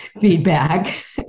feedback